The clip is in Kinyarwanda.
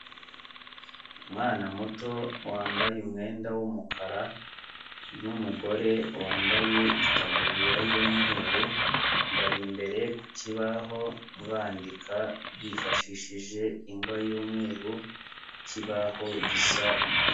Umwana muto wambaye umwenda w'umukara n'umugore wambaye itabuririya y'umweru bari imbere ku kibaho bandika bifashishije ingwa y'umweru, ku kibaho gisa umutakara.